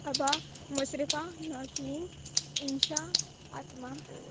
ابا مصرفہ نوشین انشاء آتما